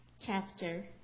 chapter